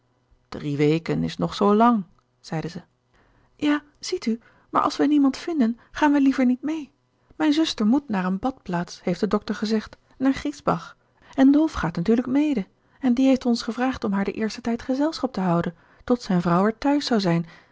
drie weken is nog zoo lang zeide ze ja ziet u maar als wij niemand vinden gaan wij liever niet mee mijn zuster moet naar eene badplaats heeft de dokter gezegd naar griesbach en dolf gaat natuurlijk mede en die heeft ons gevraagd om haar den eersten tijd gezelschap te houden tot zijn vrouw er t'huis zou zijn